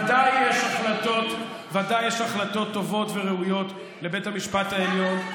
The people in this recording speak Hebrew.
ודאי שיש החלטות טובות וראויות לבית המשפט העליון,